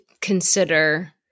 consider